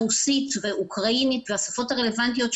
רוסית ואוקראינית והשפות הרלוונטיות,